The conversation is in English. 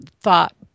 thought